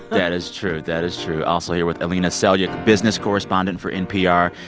that is true. that is true. also here with alina selyukh, business correspondent for npr,